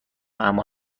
اما